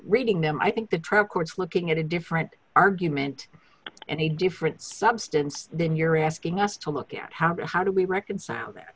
reading them i think the drug courts looking at a different argument and a different substance then you're asking us to look at how to how do we reconcile th